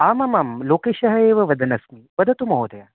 आमामां लोकेशः एव वदन् अस्मि वदतु महोदया